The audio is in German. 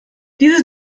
dieses